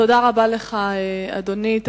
תודה רבה לך, אדוני.